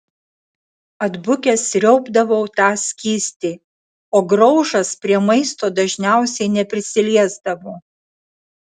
atbukęs sriaubdavau tą skystį o graužas prie maisto dažniausiai neprisiliesdavo